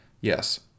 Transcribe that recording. Yes